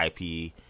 ip